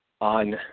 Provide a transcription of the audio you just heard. on